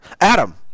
Adam